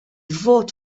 vot